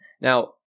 Now